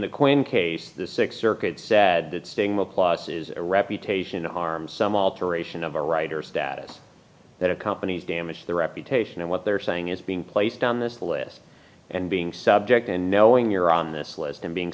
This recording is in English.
case the sixth circuit said that single plus is reputation arm some alteration of a writer status that accompanies damage their reputation and what they're saying is being placed on this list and being subject and knowing you're on this list and being